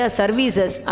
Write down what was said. services